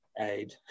Aid